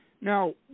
Now